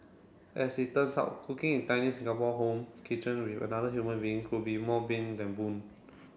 as it turns out cooking in tiny Singapore home kitchen with another human being could be more bane than boon